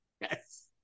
Yes